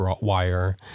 wire